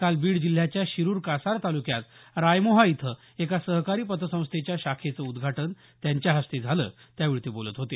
काल बीड जिल्ह्याच्या शिरूर कासार तालुक्यात रायमोहा इथं एका सहकारी पतसंस्थेच्या शाखेचं उद्घाटन त्यांच्या हस्ते झालं त्यावेळी ते बोलत होते